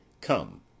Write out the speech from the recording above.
Come